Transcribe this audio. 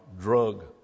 drug